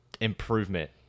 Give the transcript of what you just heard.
improvement